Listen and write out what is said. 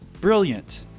Brilliant